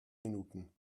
minuten